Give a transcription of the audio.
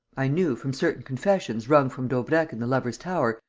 i knew, from certain confessions wrung from daubrecq in the lovers' tower,